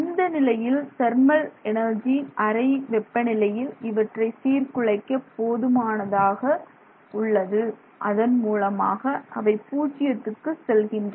இந்த நிலையில் thermal energy அறை வெப்பநிலையில் இவற்றை சீர்குலைக்க போதுமானதாக உள்ளது அதன்மூலமாக அவை பூஜ்யத்துக்கு செல்லுகின்றன